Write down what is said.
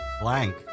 blank